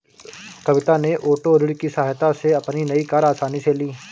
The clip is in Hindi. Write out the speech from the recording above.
कविता ने ओटो ऋण की सहायता से अपनी नई कार आसानी से ली